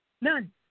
None